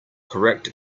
correct